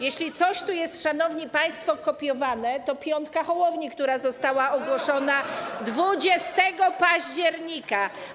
Jeśli coś tu jest, szanowni państwo, kopiowane, to piątka Hołowni, która została ogłoszona 20 października.